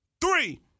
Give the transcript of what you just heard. three